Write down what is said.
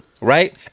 right